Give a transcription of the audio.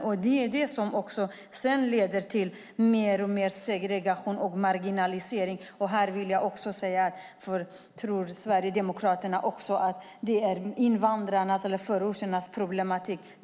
Det är det som också sedan leder till mer och mer segregation och marginalisering. Sverigedemokraterna tror att det är invandrarnas eller förorternas problematik.